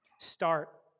start